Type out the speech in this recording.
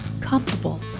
comfortable